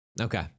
Okay